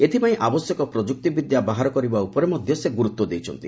ଏଥିପାଇଁ ଆବଶ୍ୟକ ପ୍ରଯୁକ୍ତି ବିଦ୍ୟା ବାହାର କରିବା ଉପରେ ମଧ୍ୟ ସେ ଗୁରୁତ୍ୱ ଦେଇଛନ୍ତି